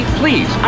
please